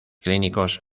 clínicos